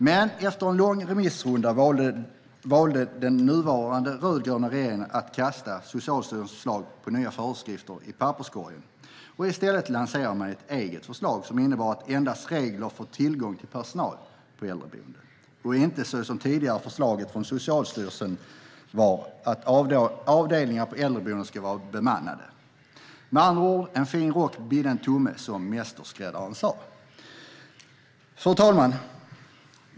Men efter en lång remissrunda valde den nuvarande rödgröna regeringen att kasta Socialstyrelsens förslag om nya föreskrifter i papperskorgen. I stället lanserade man ett eget förslag som endast innebar regler för tillgång till personal på äldreboenden och inte så som i det tidigare förslaget från Socialstyrelsen att avdelningar på äldreboende ska vara bemannade. Med andra ord: En fin rock bidde en tumme, som mästerskräddaren sa. Fru talman!